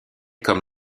comme